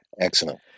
Excellent